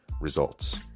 Results